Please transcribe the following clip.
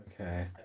Okay